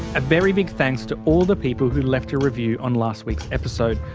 a very big thanks to all the people who left a review on last week's episode.